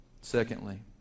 Secondly